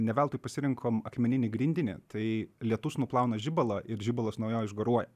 ne veltui pasirinkom akmeninį grindinį tai lietus nuplauna žibalą ir žibalas nuo jo išgaruoja